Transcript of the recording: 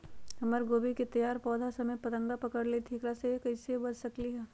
हमर गोभी के तैयार पौधा सब में फतंगा पकड़ लेई थई एकरा से हम कईसे बच सकली है?